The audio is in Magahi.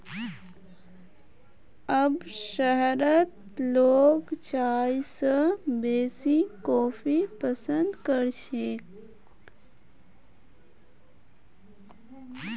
अब शहरत लोग चाय स बेसी कॉफी पसंद कर छेक